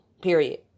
period